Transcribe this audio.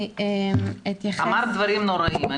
אמרת דברים נוראיים.